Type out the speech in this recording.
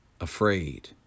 afraid